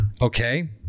Okay